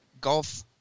golf